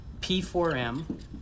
P4M